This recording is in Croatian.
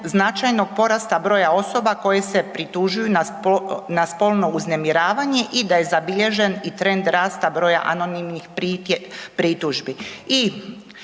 značajnog porasta broja osoba koje se pritužuju na spolno uznemiravanje i da je zabilježen trend rasta broja anonimnih pritužbi.